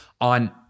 on